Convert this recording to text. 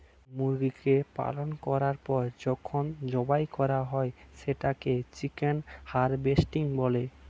মুরগিকে পালন করার পর যখন জবাই করা হয় সেটাকে চিকেন হারভেস্টিং বলে